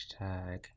Hashtag